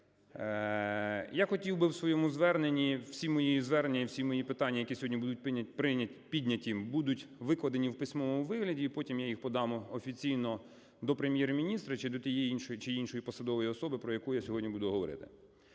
Всі мої звернення і всі мої питання, які сьогодні будуть підняті, будуть викладені в письмовому вигляді, потім я їх подам офіційно до Прем'єр-міністра, чи до тієї чи іншої посадової особи, про яку я сьогодні буду говорити.